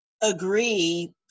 agree